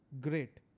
great